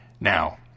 Now